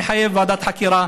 מחייב ועדת חקירה,